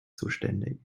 zuständig